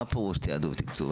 מה פירוש תעדוף ותקצוב?